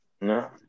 No